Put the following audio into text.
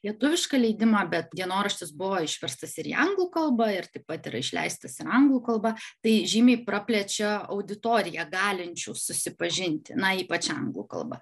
lietuvišką leidimą bet dienoraštis buvo išverstas ir į anglų kalbą ir taip pat yra išleistas ir anglų kalba tai žymiai praplečia auditoriją galinčių susipažinti na ypač anglų kalba